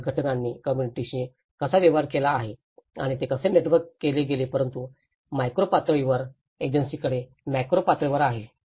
तर संघटनांनी कॉम्युनिटीांशी कसा व्यवहार केला आणि ते कसे नेटवर्क केले गेले परंतु माक्रो पातळीवरील एजन्सीकडे मॅक्रो पातळीवर आहे